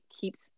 keeps